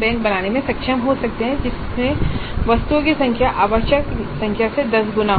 bank बनाने में सक्षम हो सकते हैं जिसमें वस्तुओं की संख्या आवश्यक संख्या से दस गुना हो